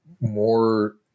more